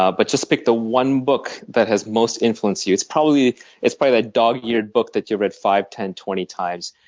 ah but just pick the on book that has most influenced you. it's probably it's probably a dog eared book that you've read five, ten, twenty times.